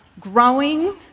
growing